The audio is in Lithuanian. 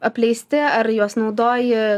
apleisti ar juos naudoji